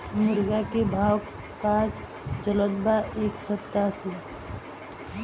मुर्गा के भाव का चलत बा एक सप्ताह से?